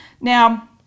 now